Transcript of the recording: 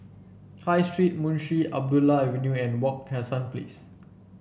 High Street Munshi Abdullah Avenue and Wak Hassan Place